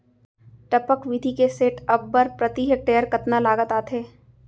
टपक विधि के सेटअप बर प्रति हेक्टेयर कतना लागत आथे?